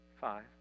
Five